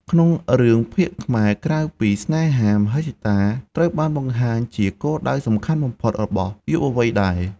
ក្នុងរឿងភាគខ្មែរ ក្រៅពីស្នេហា មហិច្ឆតា ត្រូវបានបង្ហាញជាគោលដៅសំខាន់បំផុតរបស់យុវវ័យដែរ។